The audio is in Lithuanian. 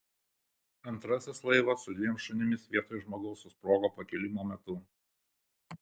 antrasis laivas su dviem šunimis vietoj žmogaus susprogo pakilimo metu